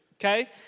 Okay